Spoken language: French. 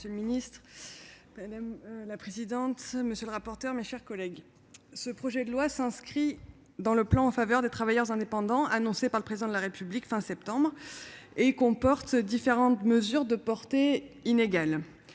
Mme Mélanie Vogel. Madame la présidente, monsieur le ministre, mes chers collègues, ce projet de loi s'inscrit dans le plan en faveur des travailleurs indépendants, annoncé par le Président de la République à la fin du mois de septembre dernier, et comporte différentes mesures de portée inégale.